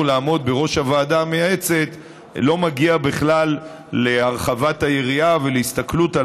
לעמוד בראש הוועדה המייעצת לא מגיע בכלל להרחבת היריעה ולהסתכלות על